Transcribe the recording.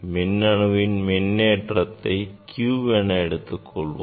மின்னணுவின் மின்னேற்றத்தை q என எடுத்துக் கொள்வோம்